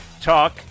talk